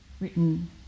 written